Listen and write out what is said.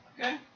Okay